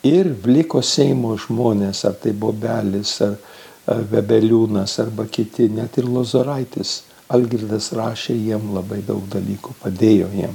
ir vliko seimo žmonės ar tai bobelis ar vebeliūnas arba kiti net ir lozoraitis algirdas rašė jiem labai daug dalykų padėjo jiem